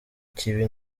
kibi